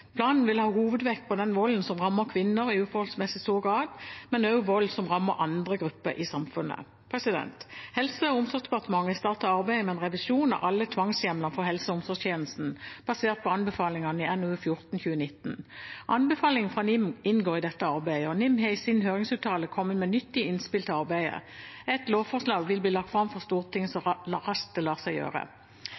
Planen vil ha hovedvekt på den volden som rammer kvinner i uforholdsmessig stor grad, men også vold som rammer andre grupper i samfunnet. Helse- og omsorgsdepartementet har startet arbeidet med en revisjon av alle tvangshjemlene for helse- og omsorgstjenesten, basert på anbefalingene i NOU 2019: 14. Anbefalingene fra NIM inngår i dette arbeidet, og NIM har i sin høringsuttalelse kommet med nyttige innspill til arbeidet. Et lovforslag vil bli lagt fram for Stortinget